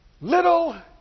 Little